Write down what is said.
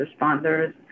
responders